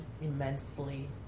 immensely